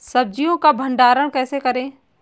सब्जियों का भंडारण कैसे करें?